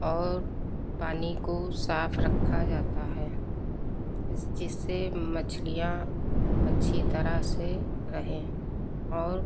और पानी को साफ़ रखा जाता है उस जिससे मछलियाँ अच्छी तरह से रहें और